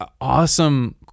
awesome